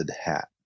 hat